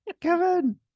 Kevin